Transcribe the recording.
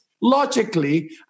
logically